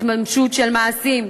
התממשות של מעשים,